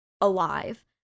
alive